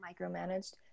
micromanaged